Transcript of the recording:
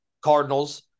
Cardinals